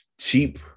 cheap